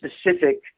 specific